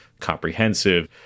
comprehensive